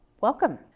Welcome